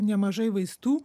nemažai vaistų